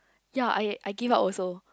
ya I I give up also